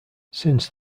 since